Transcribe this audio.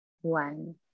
one